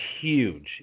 huge